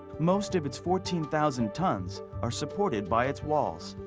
most of its fourteen thousand tons are supported by its walls.